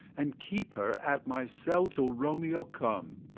and keep her at my cell till romeo come